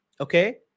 Okay